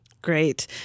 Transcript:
Great